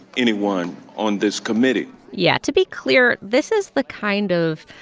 anyone on this committee yeah. to be clear, this is the kind of,